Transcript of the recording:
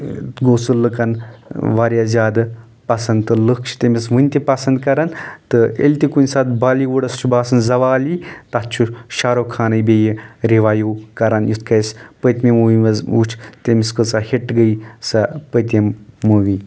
گوٚو سُہ لُکن واریاہ زیادٕ پسنٛد تہٕ لُکھ چھِ تٔمِس وُنہِ تہِ پسنٛد کران تہٕ ییٚلہِ تہِ کُنہِ ساتہٕ بالی وُڈس چھُ باسان زوال یی تتھ چُھ شارُو خانٕے بیٚیہِ روایِو کران یِتھ کٔنۍ اسہِ پٔتمہِ موٗوی منٛز وُچھ تٔمِس کۭژہ ہِٹ گٔیے سۄ پٔتِم موٗوی